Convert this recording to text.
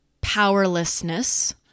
powerlessness